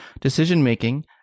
decision-making